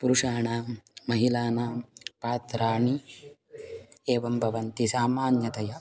पुरुषाणां महिलानां पात्राणि एवं भवन्ति सामान्यतया